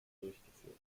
durchgeführt